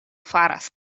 faras